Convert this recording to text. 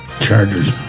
Chargers